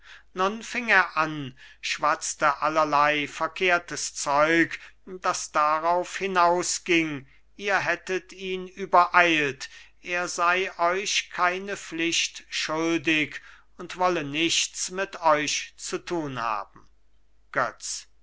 er an schwatzte allerlei verkehrtes zeug das darauf hinausging ihr hättet ihn übereilt er sei euch keine pflicht schuldig und wolle nichts mit euch zu tun haben götz